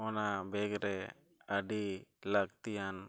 ᱚᱱᱟ ᱨᱮ ᱟᱹᱰᱤ ᱞᱟᱹᱠᱛᱤᱭᱟᱱ